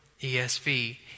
ESV